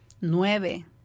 nueve